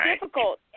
difficult